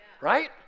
right